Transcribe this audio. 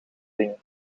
dingen